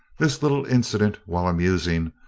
this little incident, while amusing,